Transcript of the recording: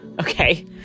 Okay